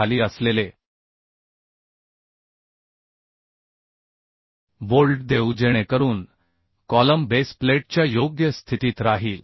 खाली असलेले बोल्ट देऊ जेणेकरून कॉलम बेस प्लेटच्या योग्य स्थितीत राहील